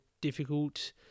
difficult